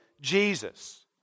Jesus